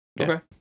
Okay